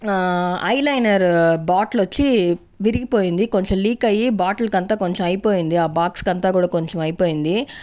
ఆ eyeliner bottle వచ్చి విరిగిపోయింది కొంచెం లీక్ అయ్యి బాటిల్కి అంతా కొంచెం అయిపోయింది ఆ బాక్స్కంతా కూడా కొంచెం అయిపోయింది